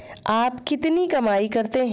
आप कितनी कमाई करते हैं?